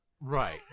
Right